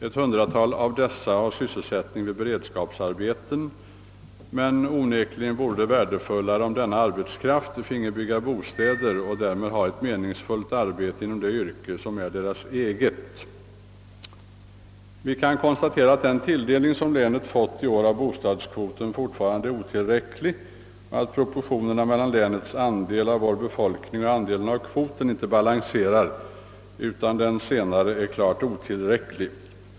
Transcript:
Ett hundratal av dessa sysselsätts med beredskapsarbeten, men det vore onekligen värdefullare om denna arbetskraft finge bygga bostäder och därmed utföra ett me ningsfullt arbete i det yrke som är deras eget. Vi kan konstatera att den tilldelning av bostadskvoten som länet får fortfarande är otillräcklig och att länets andel av bostadskvoten inte är proportionell mot länets andel av vår befolkning. Den del av bostadskvoten som tilldelats Skaraborgs län är klart otillräcklig.